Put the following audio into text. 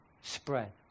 spread